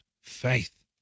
faith